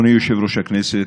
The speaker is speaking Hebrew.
אדוני יושב-ראש הכנסת,